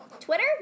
Twitter